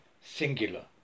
singular